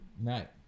Right